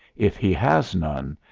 if he has none,